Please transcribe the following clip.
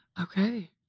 Okay